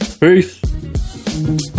peace